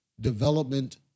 development